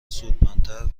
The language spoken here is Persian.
سودمندتر